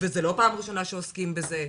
וזו לא פעם ראשונה שעוסקים בזה.